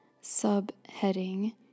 sub-heading